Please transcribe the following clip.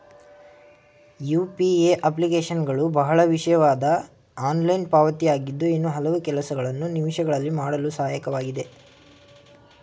UPA ಅಪ್ಲಿಕೇಶನ್ಗಳು ಬಹಳ ವಿಶೇಷವಾದ ಆನ್ಲೈನ್ ಪಾವತಿ ಆಗಿದ್ದು ಇನ್ನೂ ಹಲವು ಕೆಲಸಗಳನ್ನು ನಿಮಿಷಗಳಲ್ಲಿ ಮಾಡಲು ಸಹಾಯಕವಾಗಿದೆ